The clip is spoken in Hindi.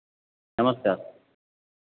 नमस्कार